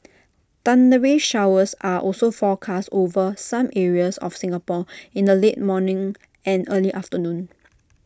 thundery showers are also forecast over some areas of Singapore in the late morning and early afternoon